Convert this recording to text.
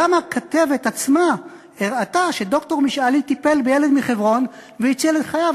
גם הכתבת עצמה הראתה שד"ר משאלי טיפל בילד מחברון והציל את חייו.